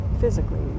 physically